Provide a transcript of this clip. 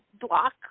block